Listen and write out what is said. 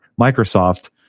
Microsoft